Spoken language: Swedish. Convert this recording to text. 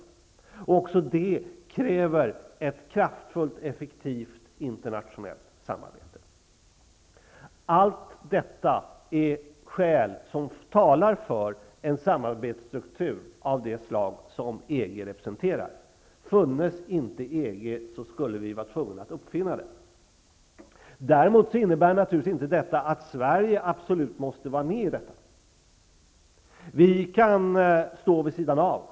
Även det kräver ett kraftfullt och effektivt internationellt samarbete. Allt detta är skäl som talar för en samarbetsstruktur av det slag som EG representerar. Funnes inte EG, skulle vi vara tvungna att uppfinna det. Däremot innebär naturligtvis inte detta att Sverige absolut måste var med. Vi kan stå vid sidan av.